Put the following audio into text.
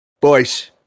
boys